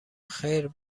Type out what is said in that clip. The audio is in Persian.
خیر